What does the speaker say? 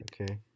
Okay